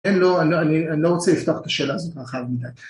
אני לא רוצה לפתוח את השאלה הזאת רחב מדי